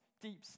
deep